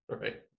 Right